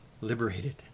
Liberated